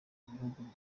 ibihugu